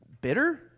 bitter